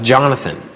Jonathan